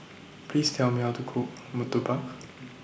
Please Tell Me How to Cook Murtabak